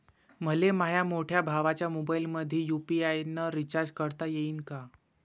मले माह्या मोठ्या भावाच्या मोबाईलमंदी यू.पी.आय न रिचार्ज करता येईन का?